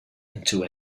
into